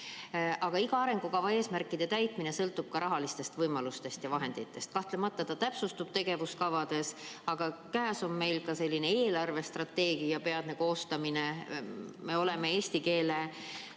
Aga iga arengukava eesmärkide täitmine sõltub ka rahalistest võimalustest ja muudest vahenditest. Kahtlemata see täpsustub tegevuskavades, aga peatselt on käes eelarvestrateegia koostamine. Me oleme eesti keele